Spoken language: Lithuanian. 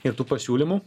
ir tų pasiūlymų